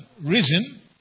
reason